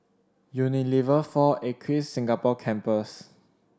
Unilever Four Acres Singapore Campus